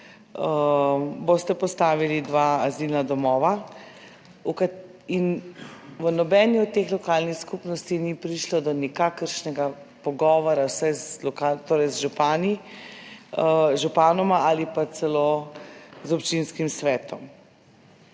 boste postavili dva azilna domova. In v nobeni od teh lokalnih skupnosti ni prišlo do nikakršnega pogovora, torej z župani, županoma ali pa celo z občinskim svetom.